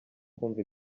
kumva